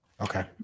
okay